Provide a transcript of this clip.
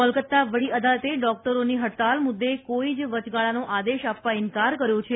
કોલકતા વડી અદાલતે ડોકટરોની હડતાળ મુદ્દે કોઇ જ વચગાળાનો આદેશ આપવા ઇન્કાર કર્યો છે